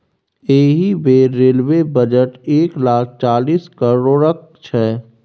एहि बेर railway budget एक लाख चालीस करोड़क छै